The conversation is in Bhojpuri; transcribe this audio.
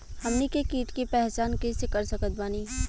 हमनी के कीट के पहचान कइसे कर सकत बानी?